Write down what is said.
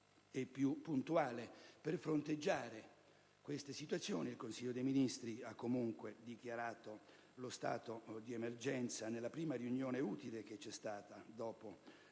e puntuale. Per fronteggiare queste situazioni, il Consiglio dei ministri ha dichiarato lo stato di emergenza nella prima riunione utile che c'è stata dopo